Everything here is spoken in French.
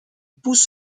pousse